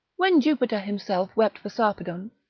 when jupiter himself wept for sarpedon,